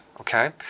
okay